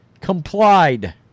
complied